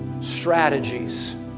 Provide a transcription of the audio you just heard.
strategies